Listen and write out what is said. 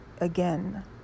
again